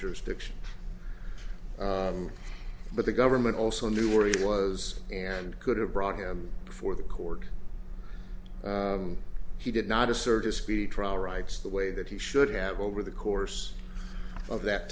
jurisdictions but the government also knew where he was and could have brought him before the court he did not assert a speedy trial rights the way that he should have over the course of that